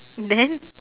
then